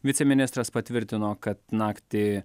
viceministras patvirtino kad naktį